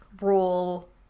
rule